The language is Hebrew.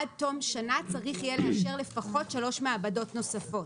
עד תום שנה צריך יהיה לאשר לפחות שלוש מעבדות נוספות.